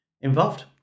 involved